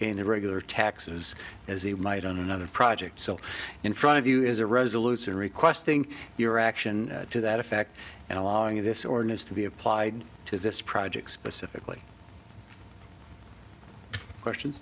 the regular taxes as he might on another project so in front of you is a resolution requesting your action to that effect and along with this ordinance to be applied to this project specifically questions